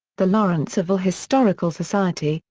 the lawrenceville historical society,